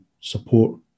support